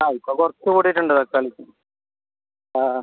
ആ ഇപ്പോൾ കുറച്ച് കൂടിയിട്ടുണ്ട് തക്കാളിക്ക് ആ ആ